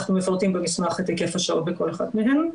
אנחנו מפרטים במסמך את היקף השעות בכל אחד מהם,